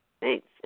Thanks